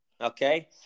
Okay